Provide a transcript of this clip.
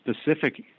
specific